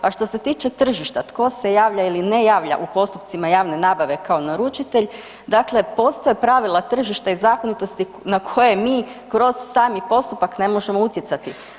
A što se tiče tržišta tko se javlja ili ne javlja u postupcima javne nabave kao naručitelj, dakle postoje pravila tržišta i zakonitosti na koje mi kroz sami postupak ne možemo utjecati.